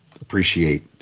appreciate